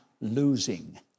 losing